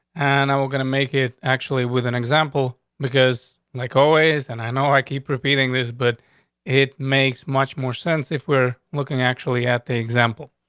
and we're gonna make it, actually, with an example, because, like always, and i know i keep repeating this, but it makes much more sense if we're looking actually at the example.